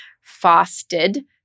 fasted